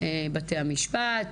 בתי המשפט,